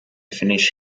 finish